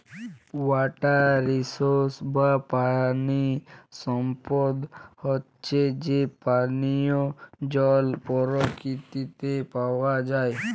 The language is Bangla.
ওয়াটার রিসোস বা পানি সম্পদ হচ্যে যে পানিয় জল পরকিতিতে পাওয়া যায়